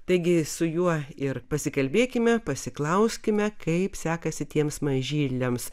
taigi su juo ir pasikalbėkime pasiklauskime kaip sekasi tiems mažyliams